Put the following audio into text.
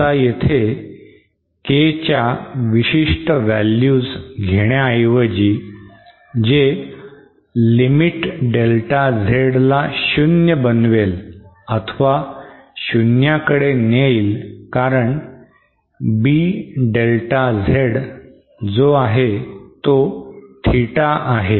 आता इथे K च्या विशिष्ठ वॅल्युस घेण्याऐवजी जे लिमिट delta Z ला शून्य बनवेल अथवा शुन्याकडे नेईल कारण हा B delta Z जो आहे तो थिटा आहे